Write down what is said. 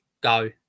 go